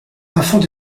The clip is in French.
enfants